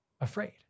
afraid